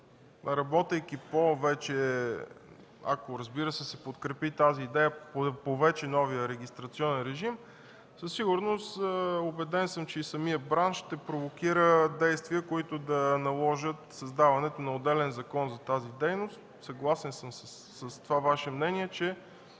работейки, ако разбира се, се подкрепи тази идея, по вече новия регистрационен режим, със сигурност, убеден съм, че и самият бранш ще провокира действия, които да наложат създаването на отделен закон за тази дейност. Съгласен съм с мнението